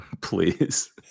please